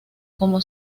como